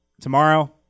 tomorrow